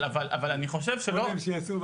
אבל אני חושב --- קודם שיעשו,